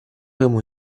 ему